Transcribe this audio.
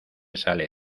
sale